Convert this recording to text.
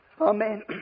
Amen